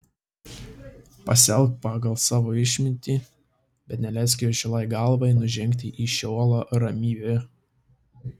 pasielk pagal savo išmintį bet neleisk jo žilai galvai nužengti į šeolą ramybėje